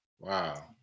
Wow